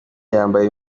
yambaye